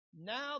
Now